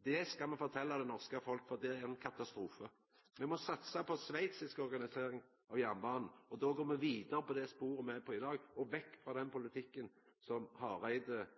Det skal me fortelja det norske folket at vil vera ein katastrofe. Me må satsa på sveitsisk organisering av jernbanen, og da går me vidare på det sporet me er på i dag, og vekk frå den politikken som Hareide,